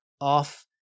off